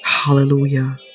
Hallelujah